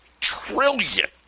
trillion